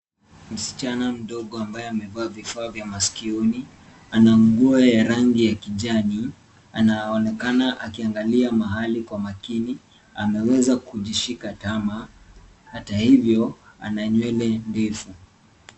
Msichana mdogo ambaye amevaa vifaa vya masikioni ana nguo ya rangi ya kijani. Anaonekana akiangalia mahali kwa makini. Ameweza kujishika tama hata hivyo ana nywele ndefu.